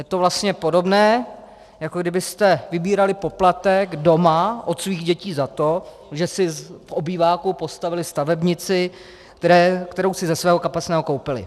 Je to vlastně podobné, jako kdybyste vybírali poplatek doma od svých dětí za to, že si v obýváku postavily stavebnici, kterou si ze svého kapesného koupily.